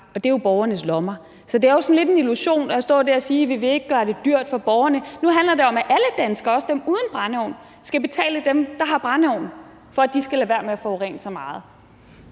og det er fra borgernes lommer, så det er lidt en illusion at stå og sige, at vi ikke vil gøre det dyrt for borgerne. Nu handler det om, at alle danskere, også dem uden brændeovn, skal betale dem, der har brændeovn, for, at de skal lade være med at forurene så meget.